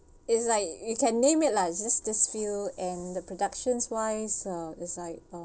is like you can name it lah is just this field and the productions wise uh is like uh